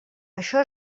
això